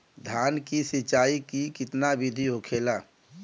धान की सिंचाई की कितना बिदी होखेला?